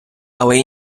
але